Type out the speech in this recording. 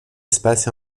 espace